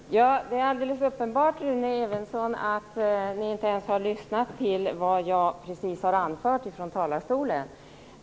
Herr talman! Det är alldeles uppenbart att Rune Evensson inte ens har lyssnat till vad jag precis har anfört från talarstolen.